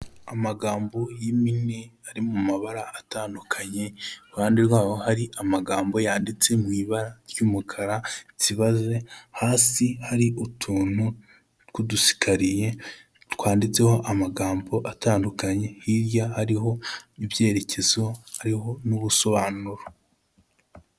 Amagambo y'impine ari mu mabara atandukanye, iruhande rwaho hari amagambo yanditse mu ibara ry'umukara ritsibaze, hasi hari utuntu tw'udusikariye twanditseho amagambo atandukanye, hirya hariho ibyerekezo, hariho n'ubusobanuro.